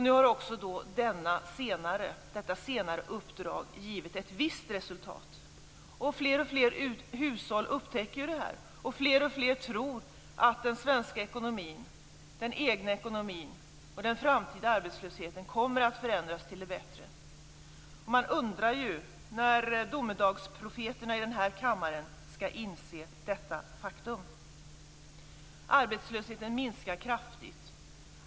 Nu har också detta senare uppdrag givit ett visst resultat. Fler och fler hushåll upptäcker det här. Fler och fler tror att den svenska ekonomin, den egna ekonomin och den framtida arbetslösheten kommer att förändras till det bättre. Man undrar ju när domedagsprofeterna i den här kammaren skall inse detta faktum. Arbetslösheten minskar kraftigt.